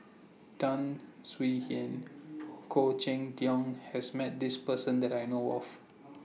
Tan Swie Hian Khoo Cheng Tiong has Met This Person that I know of